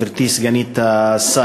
גברתי סגנית השר,